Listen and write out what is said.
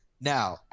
Now